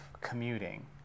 commuting